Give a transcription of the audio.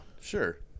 sure